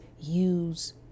use